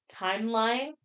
timeline